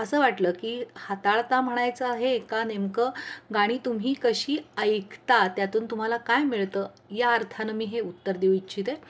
असं वाटलं की हाताळता म्हणायचं आहे का नेमकं गाणी तुम्ही कशी ऐकता त्यातून तुम्हाला काय मिळतं या अर्थानं मी हे उत्तर देऊ इच्छिते